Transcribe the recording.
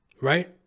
right